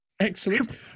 Excellent